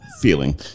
feeling